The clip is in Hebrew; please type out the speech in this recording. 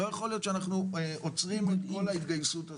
לא יכול להיות שאנחנו עוצרים את כל ההתגייסות הזאת,